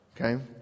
okay